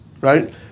Right